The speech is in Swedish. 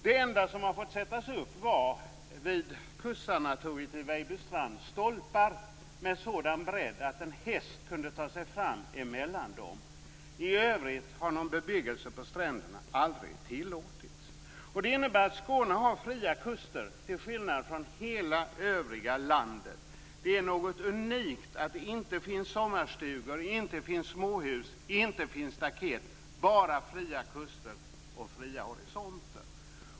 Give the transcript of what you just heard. Det enda som fick sättas upp var stolpar vid kustsanatoriet vid Vejbystrand med en sådan bredd att en häst kunde ta sig fram mellan dem. I övrigt har bebyggelse på stränderna aldrig tillåtits. Det innebär att Skåne har fria kuster, till skillnad från hur det är i hela övriga landet. Det är unikt att det inte finns sommarstugor, småhus och staket utan bara fria kuster och fria horisonter.